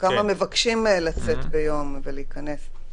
כמה מבקשים לצאת ולהיכנס ביום?